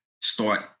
start